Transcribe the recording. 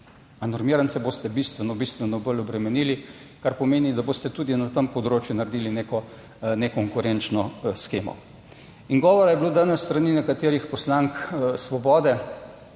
Normirance boste bistveno bolj obremenili, kar pomeni, da boste tudi na tem področju naredili neko nekonkurenčno shemo. In govora je bilo danes s strani nekaterih poslank Svobode